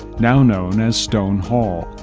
now known as stone hall.